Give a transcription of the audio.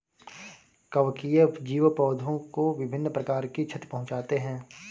कवकीय जीव पौधों को विभिन्न प्रकार की क्षति पहुँचाते हैं